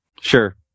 Sure